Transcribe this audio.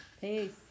Peace